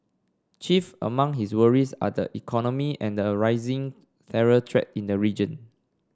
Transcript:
chief among his worries are the economy and arising terror threat in the region